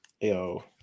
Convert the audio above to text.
Yo